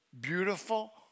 beautiful